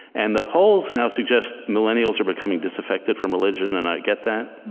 and the polls now suggest millennials are becoming disaffected from religion, and i get that.